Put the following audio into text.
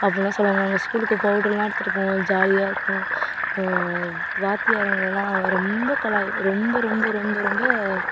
அப்புடில்லாம் சொல்வாங்க அவங்க ஸ்கூலுக்கு பவுட்ருலாம் எடுத்துகிட்டு போவோம் ஜாலியாக இருக்கும் வாத்தியாருங்களை எல்லாம் ரொம்ப கலாய் ரொம்ப ரொம்ப ரொம்ப ரொம்ப